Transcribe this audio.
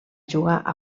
jugar